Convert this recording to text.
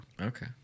Okay